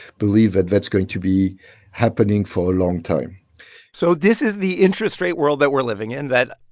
believe that that's going to be happening for a long time so this is the interest rate world that we're living in, that,